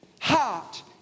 heart